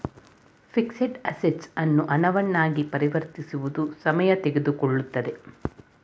fixed assets ಅನ್ನು ಹಣವನ್ನ ಆಗಿ ಪರಿವರ್ತಿಸುವುದು ಸಮಯ ತೆಗೆದುಕೊಳ್ಳುತ್ತದೆ